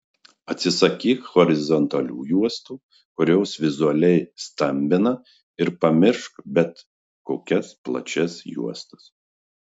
atsisakyk horizontalių juostų kurios vizualiai stambina ir pamiršk bet kokias plačias juostas